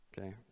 Okay